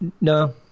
no